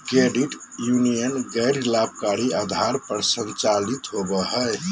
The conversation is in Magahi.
क्रेडिट यूनीयन गैर लाभकारी आधार पर संचालित होबो हइ